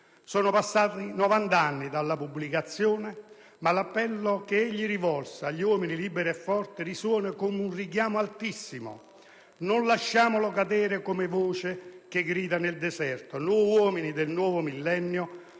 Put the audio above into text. Sono passati novant'anni dalla pubblicazione, ma l'appello che egli rivolse agli "uomini liberi e forti" risuona come un richiamo altissimo. Non lasciamolo cadere come voce che grida nel deserto; noi uomini del nuovo millennio